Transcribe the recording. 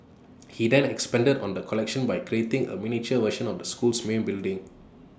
he then expanded on the collection by creating A miniature version of the school's main building